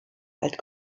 alt